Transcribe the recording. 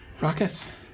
Ruckus